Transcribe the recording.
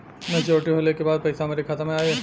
Maturity होले के बाद पैसा हमरे खाता में आई?